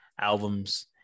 albums